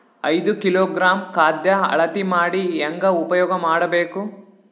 ಐದು ಕಿಲೋಗ್ರಾಂ ಖಾದ್ಯ ಅಳತಿ ಮಾಡಿ ಹೇಂಗ ಉಪಯೋಗ ಮಾಡಬೇಕು?